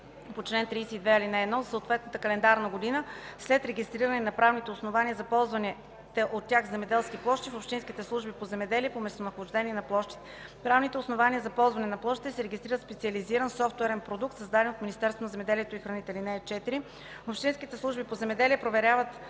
по чл. 32, ал. 1 за съответната календарна година, след регистриране на правните основания за ползваните от тях земеделски площи в общинските служби по земеделие по местонахождение на площите. Правните основания за ползване на площите се регистрират в специализиран софтуерен продукт, създаден от Министерството на земеделието и храните. (4) Общинските служби по земеделие проверяват